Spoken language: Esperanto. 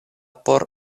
por